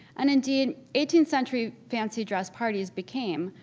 and indeed, eighteenth century fancy dress parties became,